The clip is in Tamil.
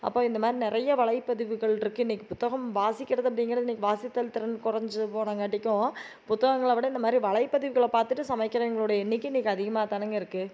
அப்போது இந்தமாதிரி நிறைய வலைப்பதிவுகளிருக்கு இன்னைக்கு புத்தகம் வாசிக்கிறது அப்படிங்கிறது இன்னைக்கு வாசித்தல் திறன் குறைஞ்சி போனங்காட்டிக்கும் புத்தகங்களை விட இந்தமாதிரி வலைப்பதிவுகளை பார்த்துட்டு சமைக்கிறவங்களோட எண்ணிக்கை இன்னைக்கு அதிகமாதானேங்க இருக்குது